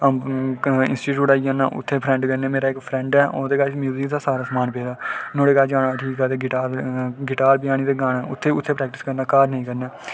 अ'ऊं इंस्टीट्यूट आई जाना मेरा इक फ्रैंड ऐ ओह्दे कश म्युजिक दा सारा समान पेदा नुहाड़े कश जन्ना ते उत्थै प्रेक्टिस करना घर नेईं करना